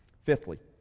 Fifthly